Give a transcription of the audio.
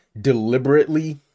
deliberately